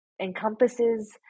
encompasses